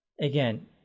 again